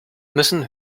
müssen